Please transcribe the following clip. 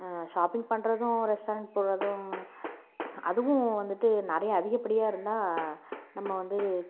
shopping பண்றதும் restaurant போறதும் அதுவும் வந்துட்டு நிறைய அதிகப்படியாக இருந்தால் நம்ம வந்து